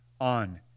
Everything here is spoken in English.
on